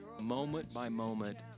moment-by-moment